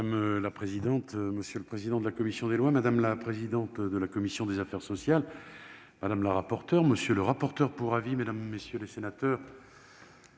Madame la présidente, monsieur le président de la commission des lois, madame la présidente de la commission des affaires sociales, madame la rapporteure, monsieur le rapporteur pour avis, mesdames, messieurs les sénateurs,